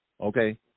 Okay